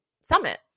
summit